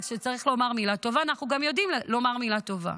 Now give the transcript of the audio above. וכשצריך לומר מילה טובה אנחנו גם יודעים לומר מילה טובה.